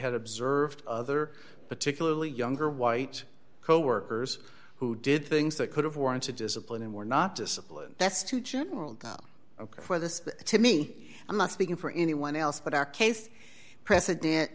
had observed other particularly younger white coworkers who did things that could have warrants to discipline him or not discipline that's too general ok for this to me i'm not speaking for anyone else but our case president